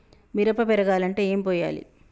మిరప పెరగాలంటే ఏం పోయాలి?